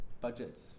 budgets